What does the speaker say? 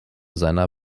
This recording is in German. seiner